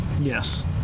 Yes